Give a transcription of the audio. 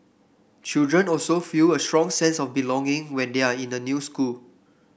children also feel a strong sense of belonging when they are in a new school